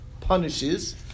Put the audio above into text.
punishes